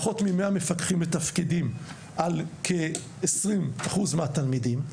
פחות -מ-100 מפקחים מתפקדים על כ-20% מהתלמידים,